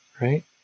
right